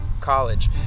college